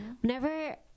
whenever